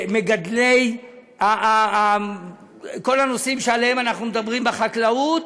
במגדלי כל הדברים שעליהם אנחנו מדברים בחקלאות,